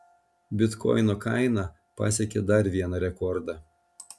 bitkoino kaina pasiekė dar vieną rekordą